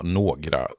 några